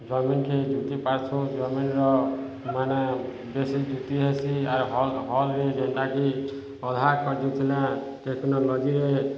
ଜମିକୁ ଜୁତି ପାରଛୁ ଜମିିର ମାନେ ବେଶୀ ଜୁତି ହେସି ଆର୍ ହଲ୍ରେ ଯେନ୍ତାକି ଅଧା କରି ଦେଉଥିଲେ ଟେକ୍ନୋଲୋଜିରେ